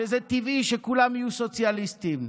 שזה טבעי שכולם יהיו סוציאליסטים,